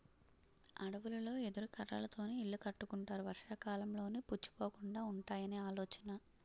అడవులలో ఎదురు కర్రలతోనే ఇల్లు కట్టుకుంటారు వర్షాకాలంలోనూ పుచ్చిపోకుండా వుంటాయని ఆలోచన